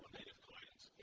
native client.